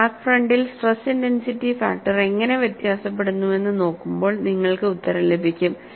crack ഫ്രണ്ടിൽ stress intensity factor എങ്ങനെ വ്യത്യാസപ്പെടുന്നുവെന്ന് നോക്കുമ്പോൾ നിങ്ങൾക്ക് ഉത്തരം ലഭിക്കും